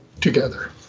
together